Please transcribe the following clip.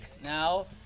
now